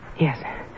Yes